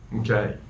Okay